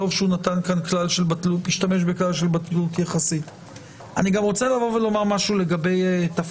אני מבין את ההערה החשובה של חבר הכנסת סעדי לגבי האמירה